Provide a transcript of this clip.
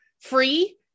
free